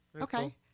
Okay